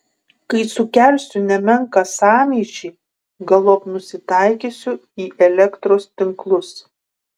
kai sukelsiu nemenką sąmyšį galop nusitaikysiu į elektros tinklus